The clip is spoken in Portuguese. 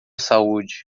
saúde